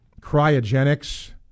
cryogenics